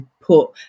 put